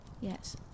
Yes